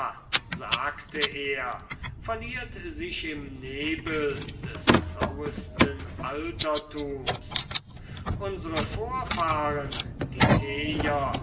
sagte er verliert sich im nebel des grauesten altertums unsre vorfahren die